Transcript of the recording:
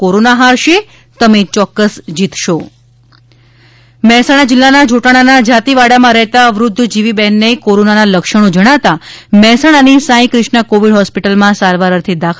corona હારશે તમે જીતશો માસ્ક મહેસાણા મહેસાણા જિલ્લાના જોટાણાના જાતિવાડામાં રહેતા વૃધ્ધ જીવીબહેનને કોરોનાનાં લક્ષણો જણાતા મહેસાણાની સાઁઈ ક્રિષ્ના કોવિડ હોસ્પિટલમાં સારવાર અર્થે દાખલ કરાયા હતા